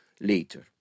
later